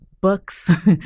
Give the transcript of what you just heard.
books